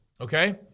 Okay